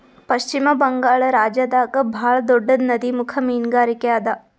ಪಶ್ಚಿಮ ಬಂಗಾಳ್ ರಾಜ್ಯದಾಗ್ ಭಾಳ್ ದೊಡ್ಡದ್ ನದಿಮುಖ ಮೀನ್ಗಾರಿಕೆ ಅದಾ